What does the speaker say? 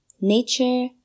Nature